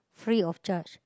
free of charge